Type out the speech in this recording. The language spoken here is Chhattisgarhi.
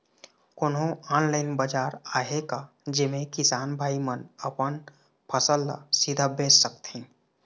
कोन्हो ऑनलाइन बाजार आहे का जेमे किसान भाई मन अपन फसल ला सीधा बेच सकथें?